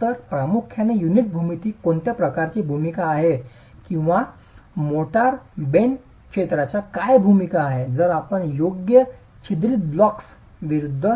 तर प्रामुख्याने युनिट भूमितीची कोणत्या प्रकारची भूमिका आहे किंवा मोर्टार बेड क्षेत्राची काय भूमिका आहे जर आपण योग्य छिद्रित ब्लॉक्स विरूद्ध